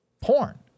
porn